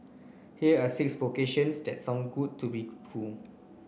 here are six vocations that sound good to be true